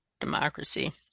democracy